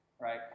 right